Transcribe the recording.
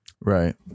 Right